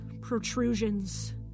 protrusions